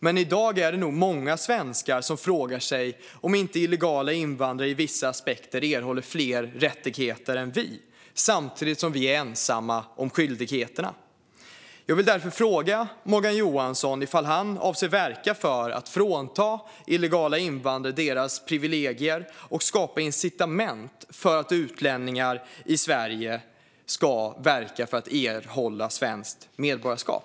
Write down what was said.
Men i dag är det nog många svenskar som frågar sig om inte illegala invandrare i vissa aspekter erhåller fler rättigheter än vi, samtidigt som vi är ensamma om skyldigheterna. Jag vill därför fråga Morgan Johansson om han avser att verka för att frånta illegala invandrare deras privilegier och skapa incitament för att utlänningar i Sverige ska verka för att erhålla svenskt medborgarskap.